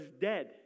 dead